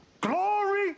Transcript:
Glory